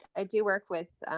i do work with,